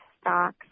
stocks